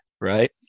right